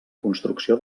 construcció